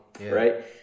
right